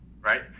right